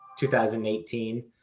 2018